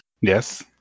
Yes